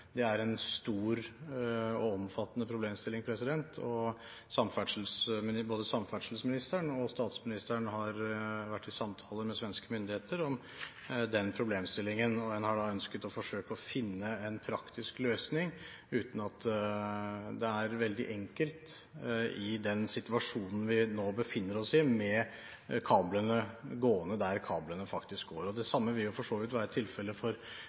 Det er også nevnt i regjeringserklæringen, og det er en stor og omfattende problemstilling. Både samferdselsministeren og statsministeren har vært i samtaler med svenske myndigheter om denne problemstillingen, og en har da ønsket å forsøke å finne en praktisk løsning. Det er ikke veldig enkelt i den situasjonen vi nå befinner oss, med kablene gående der de faktisk går. Det samme vil for så vidt være tilfelle